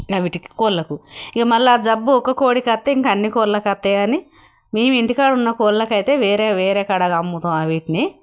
వాటికి కోళ్ళకు ఇక మళ్ళీ ఆ జబ్బు ఒక కోడికి వస్తే ఇంకా అన్ని కోళ్ళకి వస్తాయి కానీ మేము ఇంటికాడ ఉన్న కోళ్ళకి అయితే వేరే వేరే కాడ కమ్ముతాము వాటిని